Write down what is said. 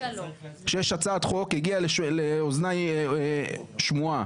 שיש הצעת חוק, הגיעה לאוזניי שמועה.